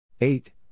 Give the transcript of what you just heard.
Eight